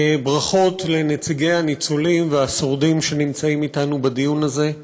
ברכות לנציגי הניצולים והשורדים שנמצאים אתנו בדיון הזה.